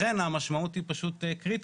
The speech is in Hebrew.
לכן המשמעות היא פשוט קריטית,